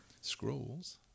Scrolls